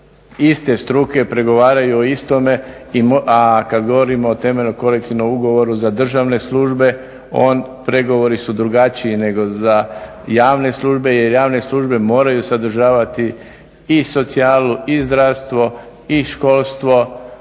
iste struke, pregovaraju o istome, a kada govorimo o temeljnom kolektivnom ugovoru za državne službe pregovori su drugačiji nego za javne službe jer javne službe moraju sadržavati i socijalu i zdravstvo i školstvo